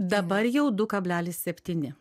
dabar jau du kablelis septyni